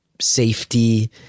safety